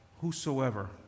Whosoever